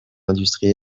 l’industrie